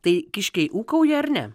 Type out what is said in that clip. tai kiškiai ūkauja ar ne